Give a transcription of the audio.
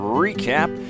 recap